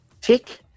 Tick